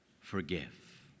forgive